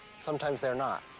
sometimes they're not.